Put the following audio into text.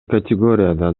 категорияда